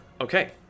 Okay